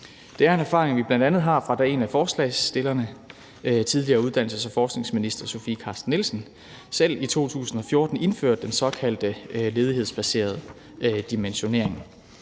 Det er en erfaring, vi bl.a. har fra, da en af alle forslagsstillerne, tidligere uddannelses- og forskningsminister Sofie Carsten Nielsen, selv i 2014 indførte den såkaldte ledighedsbaserede dimensionering.